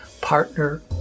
partner